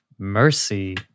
mercy